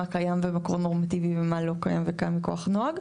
קיים ומקור נורמטיבי ומה לא קיים וכמה כוח נוהג.